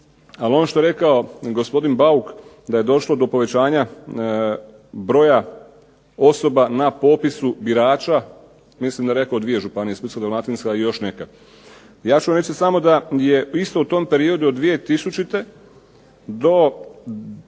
Ali ono što je rekao gospodin Bauk da je došlo do povećanja broja osoba na popisu birača, mislim da je rekao dvije županije, Splitsko-dalmatinska i još neka. Ja ću reći samo da je isto u tom periodu od 2000. do 2009.